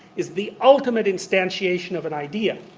is the ultimate instantiation of an idea.